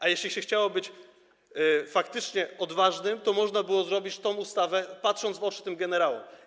A jeśli się chciało być faktycznie odważnym, to można było przygotować tę ustawę, patrząc w oczy tym generałom.